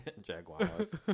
Jaguars